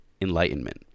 Enlightenment